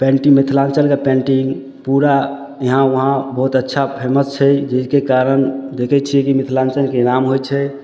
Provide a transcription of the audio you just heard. painting मिथिलाञ्चलके painting पूरा इहाँ उहाँ बहुत अच्छा फेमस छै जाहिके कारण देखै छिए कि मिथिलाञ्चलके नाम होइ छै